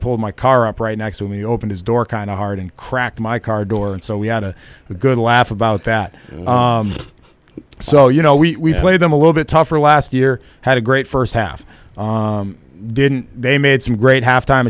pulled my car up right next to me open his door kind of hard and cracked my car door and so we had a good laugh about that so you know we played them a little bit tougher last year had a great first half didn't they made some great halftime